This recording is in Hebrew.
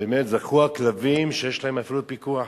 באמת זכו הכלבים שיש להם אפילו פיקוח,